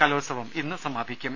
കലോത്സവം ഇന്ന് സമാപിക്കും